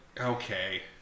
okay